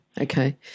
okay